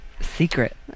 Secret